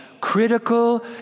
critical